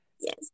Yes